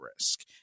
risk